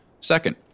Second